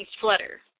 flutter